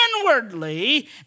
inwardly